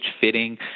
fitting